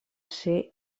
ser